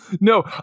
No